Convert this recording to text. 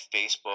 Facebook